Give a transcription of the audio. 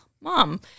mom